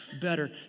better